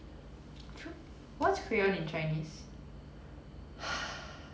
true what's crayon in chinese